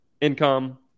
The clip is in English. income